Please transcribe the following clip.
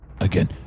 again